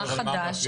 מה חדש?